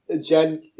Jen